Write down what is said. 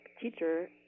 teacher